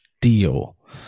deal